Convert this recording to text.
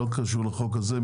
לא קשור לחוק הזה,